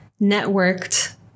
networked